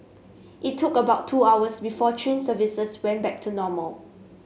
it took about two hours before train services went back to normal